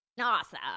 awesome